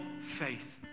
faith